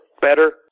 better